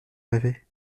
rêvé